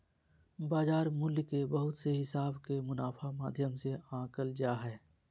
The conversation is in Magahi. बाजार मूल्य के बहुत से हिसाब के मुनाफा माध्यम से आंकल जा हय